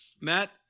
Matt